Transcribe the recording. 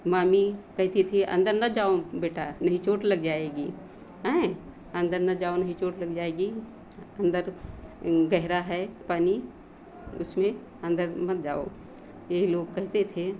मामी कहती थी अंदर न जाओ बेटा नहीं चोट लग जाएगी अंदर मत जाओ नहीं चोट लग जाएगी अंदर गहरा है पानी उसमें अंदर मत जाओ यही लोग कहते थे